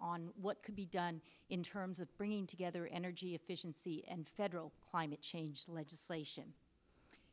on what could be done in terms of bringing together energy efficiency and federal climate change legislation